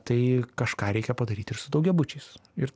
tai kažką reikia padaryt ir su daugiabučiais ir